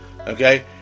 Okay